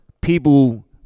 people